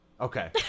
okay